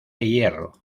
hierro